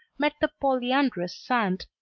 met the polyandrous sand,